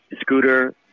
Scooter